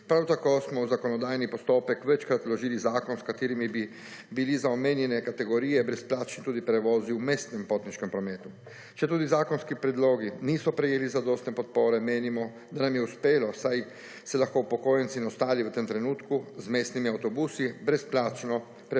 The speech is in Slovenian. Prav tako smo v zakonodajni postopek večkrat vložili zakon s katerim bi bili za omenjene kategorije brezplačni tudi prevozi v mestnem potniškem prometu, četudi zakonski predlogi niso prejeli zadostne podpore 72. TRAK: (NM) – 14.55 (nadaljevanje) menimo, da nam je uspelo, saj se lahko upokojenci in ostali v tem trenutku z mestnimi avtobusi brezplačno